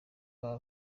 baba